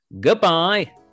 goodbye